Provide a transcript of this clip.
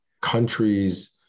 Countries